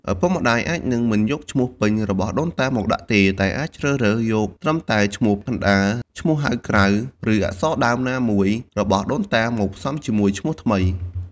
ឪពុកម្តាយអាចនឹងមិនយកឈ្មោះពេញរបស់ដូនតាមកដាក់ទេ តែអាចជ្រើសរើសយកត្រឹមតែឈ្មោះកណ្តាល ឈ្មោះហៅក្រៅ ឬអក្សរដើមណាមួយរបស់ដូនតាមកផ្សំជាមួយឈ្មោះថ្មី។